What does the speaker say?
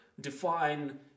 define